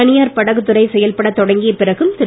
தனியார் படகுத்துறை செயல்பட தொடங்கிய பிறகும் திரு